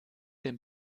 dem